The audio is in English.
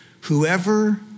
Whoever